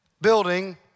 building